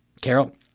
Carol